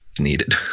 needed